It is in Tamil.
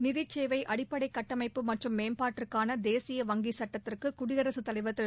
நிதிச்சேவை அடிப்படை கட்டமைப்பு மற்றும் மேம்பாட்டுக்கான தேசிய வங்கி சட்டத்துக்கு குடியரசுத்தலைவர் திரு